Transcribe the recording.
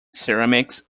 ceramics